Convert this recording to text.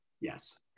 Yes